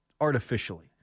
artificially